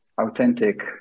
authentic